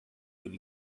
will